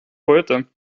heute